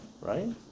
right